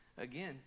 Again